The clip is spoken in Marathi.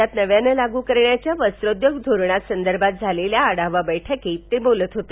राज्यात नव्याने लागू करायच्या वस्तोद्योग धोरणासंदर्भात झालेल्या आढावा बैठकीत ते बोलत होते